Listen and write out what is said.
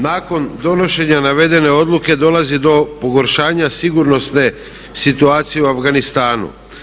Nakon donošenja navedene odluke dolazi do pogoršanja sigurnosne situacije u Afganistanu.